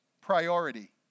priority